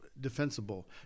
defensible